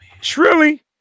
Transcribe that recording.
truly